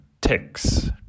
ticks